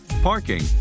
parking